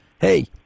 hey